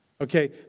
Okay